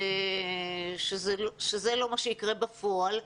שזה לא מה שיקרה בפועל,